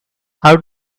how